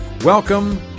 Welcome